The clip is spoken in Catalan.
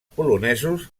polonesos